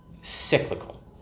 cyclical